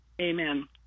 Amen